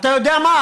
אתה יודע מה?